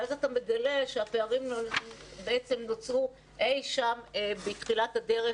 ואז אתה מגלה שהפערים בעצם נוצרו אי שם בתחילת הדרך,